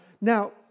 now